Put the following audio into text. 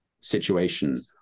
situation